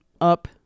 up